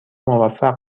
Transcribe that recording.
موفق